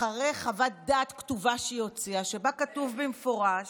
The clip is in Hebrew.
אחרי שהיא הוציאה חוות דעת כתובה שבה כתוב במפורש